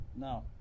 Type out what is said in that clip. now